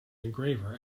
engraver